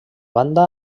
banda